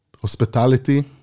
hospitality